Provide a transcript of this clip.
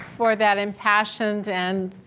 for that impassioned and,